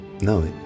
no